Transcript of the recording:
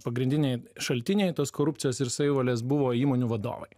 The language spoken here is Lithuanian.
pagrindiniai šaltiniai tos korupcijos ir savivalės buvo įmonių vadovai